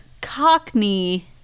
Cockney